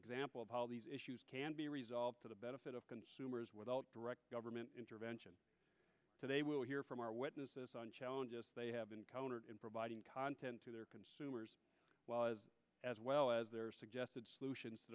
example of how these issues can be resolved for the benefit of consumers without direct government intervention today we'll hear from our witnesses on challenges they have encountered in providing content to their consumers as well as their suggested solutions to